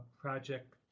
project